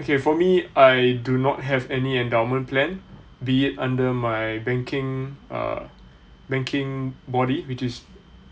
okay for me I do not have any endowment plan be it under my banking uh banking body which is